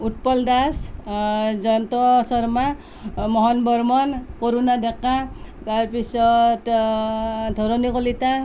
উৎপল দাস জয়ন্ত শৰ্মা মোহন বৰ্মন কৰুণা ডেকা তাৰ পিছত ধৰণী কলিতা